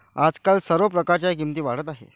आजकाल सर्व प्रकारच्या किमती वाढत आहेत